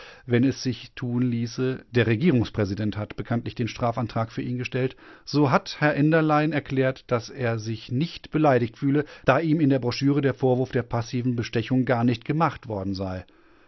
wenn es sich tun ließe der regierungspräsident hat bekanntlich den strafantrag für ihn gestellt so hat herr enderlein erklärt daß er sich nicht beleidigt fühle da ihm in der broschüre der vorwurf der passiven bestechung gar nicht gemacht worden sei